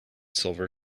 silver